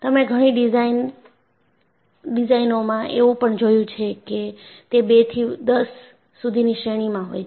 તમે ઘણી ડિઝાઇનઓમાં એવું પણ જોયું છેકે તે 2 થી 10 સુધીની શ્રેણીમાં હોય છે